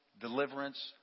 deliverance